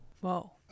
Whoa